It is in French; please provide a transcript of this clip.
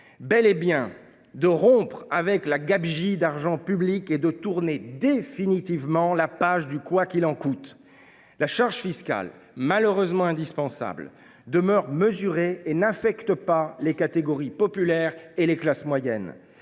bel et bien de rompre avec la gabegie d’argent public et de tourner définitivement la page du « quoi qu’il en coûte ». La charge fiscale, malheureusement indispensable, demeure mesurée et n’affecte pas les catégories populaires ni les classes moyennes.